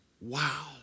Wow